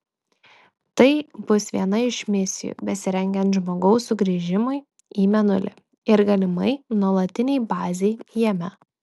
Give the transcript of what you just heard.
tai bus viena iš misijų besirengiant žmogaus sugrįžimui į mėnulį ir galimai nuolatinei bazei jame